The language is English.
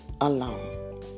alone